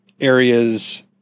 areas